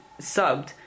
subbed